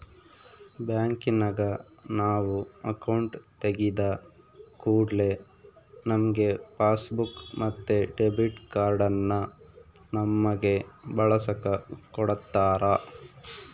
ಬ್ಯಾಂಕಿನಗ ನಾವು ಅಕೌಂಟು ತೆಗಿದ ಕೂಡ್ಲೆ ನಮ್ಗೆ ಪಾಸ್ಬುಕ್ ಮತ್ತೆ ಡೆಬಿಟ್ ಕಾರ್ಡನ್ನ ನಮ್ಮಗೆ ಬಳಸಕ ಕೊಡತ್ತಾರ